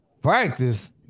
practice